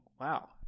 wow